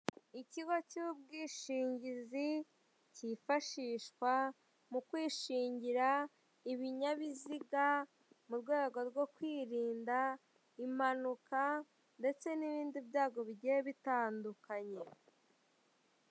Ikigo cy'ubwishingizi kifashishwa mu kwishingira ibinyabiziga mu rwego rwo kwirinda impanuka ndetse n'ibindi byago bigiye bitandukanye.